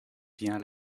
bien